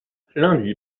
lundi